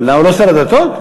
לא שר הדתות?